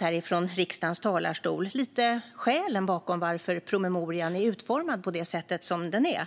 här i riksdagens talarstol förklarat lite om skälen till att promemorian är utformad på det sätt den är.